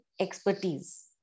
Expertise